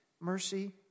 mercy